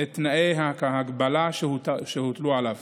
את תנאי ההגבלה שהוטלו עליו